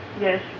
Yes